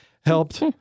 helped